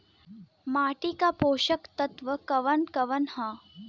माटी क पोषक तत्व कवन कवन ह?